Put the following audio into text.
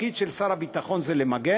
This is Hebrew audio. התפקיד של שר הביטחון זה למגן?